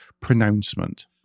pronouncement